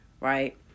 right